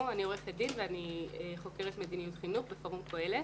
ואני חוקרת מדיניות חינוך בפורום קוהלת.